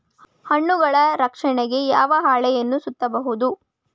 ಹಣ್ಣುಗಳ ರಕ್ಷಣೆಗೆ ಯಾವ ಹಾಳೆಯಿಂದ ಸುತ್ತಬಹುದು?